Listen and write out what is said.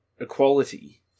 equality